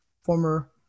former